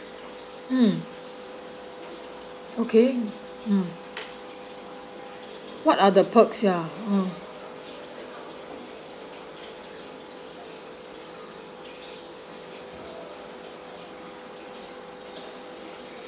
mm okay mm what are the purses ya mm